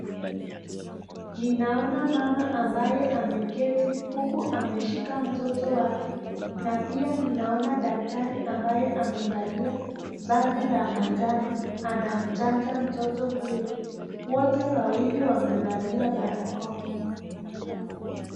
Ninaona mama ambaye ameketi huku ameshika mtoto wake na pia ninaona daktari ambaye amevalia vazi la manjano anamchanja mtoto huyo. Wote wawili wamevaa barakoa.